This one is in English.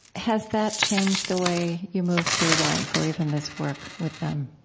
has that changed the way you move through life, or even this work with them?